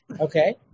Okay